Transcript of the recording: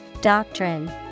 Doctrine